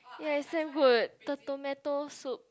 ya is damn good the tomato soup